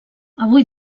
avui